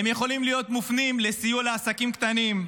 הם יכולים להיות מופנים לסיוע לעסקים קטנים,